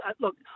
Look